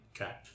Okay